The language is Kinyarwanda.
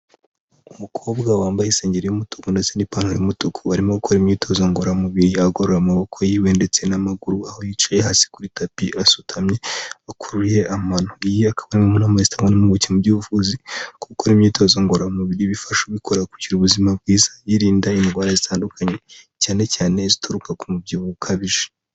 Umukobwa wambaye isengeri y'umutuku ndetse n'ipantaro y'umutuku arimo gukora imyitozo ngororamubiri agorora amaboko yiwe ndetse n'amaguru, aho yicaye hasi kuri tapi asutamye, akuruye amano. Iyi akaba ari imwe mu nama zitangwa n'impuguke mu by'ubuvuzi ko gukora imyitozo ngororamubiri bifasha ubikora kugira ubuzima bwiza, yirinda indwara zitandukanye cyane cyane izituruka ku mubyibuho ukabije.